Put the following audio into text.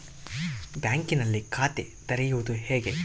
ಬ್ಯಾಂಕಿನಲ್ಲಿ ಖಾತೆ ತೆರೆಯುವುದು ಹೇಗೆ?